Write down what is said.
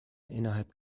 innerhalb